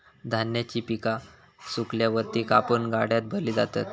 धान्याची पिका सुकल्यावर ती कापून गाड्यात भरली जातात